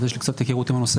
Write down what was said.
אז יש לי קצת היכרות עם הנושא,